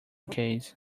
case